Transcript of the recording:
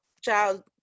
child